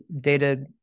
data